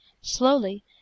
Slowly